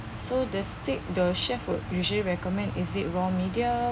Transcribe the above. so the steak the chef will usually recommend is it raw medium